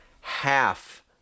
half